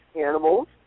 animals